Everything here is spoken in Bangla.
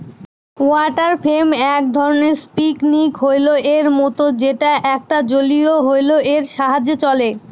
ওয়াটার ফ্রেম এক ধরনের স্পিনিং হুইল এর মত যেটা একটা জলীয় হুইল এর সাহায্যে চলে